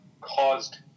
caused